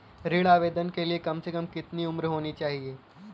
ऋण आवेदन के लिए कम से कम कितनी उम्र होनी चाहिए?